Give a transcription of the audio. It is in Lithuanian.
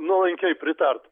nuolankiai pritart